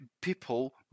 people